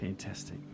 fantastic